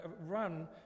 run